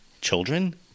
children